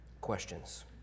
questions